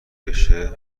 بشه